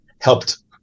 helped